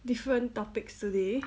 different topics today